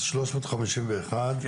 אז שלוש מאות חמישים ואחת,